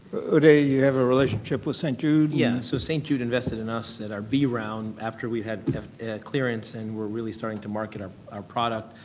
udai, you have a relationship with st. jude? yeah. so, st. jude invested in us in our b round after we had clearance and were really starting to market our our product.